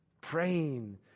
praying